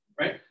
right